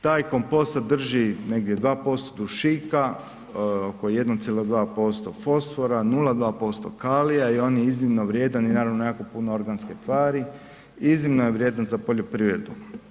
Taj kompost sadrži negdje 2% dušika, oko 1,2% fosfora, 0,2% kalija i on je iznimno vrijedan i naravno jako puno organske tvar, iznimno je vrijedan za poljoprivredu.